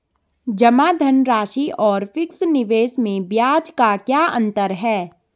जमा धनराशि और फिक्स निवेश में ब्याज का क्या अंतर है?